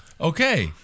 Okay